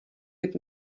mit